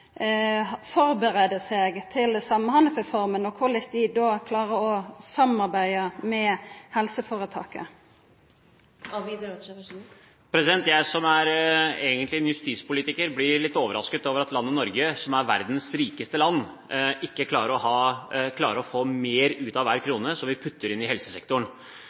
seg til Samhandlingsreforma, og korleis dei klarer å samarbeida med helseføretaka? Jeg som egentlig er en justispolitiker, er litt overrasket over at Norge, som er verdens rikeste land, ikke klarer å få mer ut av hver krone vi putter inn i helsesektoren.